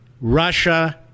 Russia